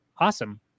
awesome